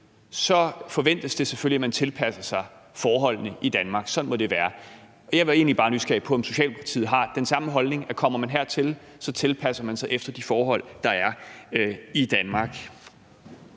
forventes det selvfølgelig, at man tilpasser sig forholdene i Danmark. Sådan må det være. Jeg er egentlig bare nysgerrig på, om Socialdemokratiet har den samme holdning, altså at kommer man hertil, tilpasser man sig de forhold, der er i Danmark.